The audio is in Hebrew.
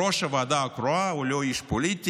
ראש הוועדה הקרואה הוא לא איש פוליטי,